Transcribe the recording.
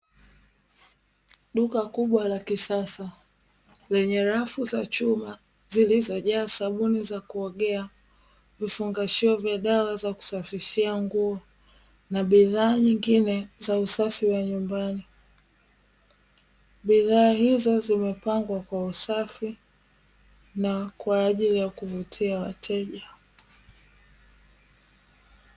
Duka kubwa la kisasa lenye rafu za chuma zilizojaa sabuni za kuogea vifungashio vya dawa za kusafishia nguo na bidhaa nyingine za usafi wa nyumbani. Bidhaa hizo zimepangwa kwa usafi na kwa ajili ya kuvutia wateja.